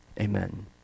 Amen